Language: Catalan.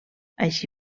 així